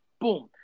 Boom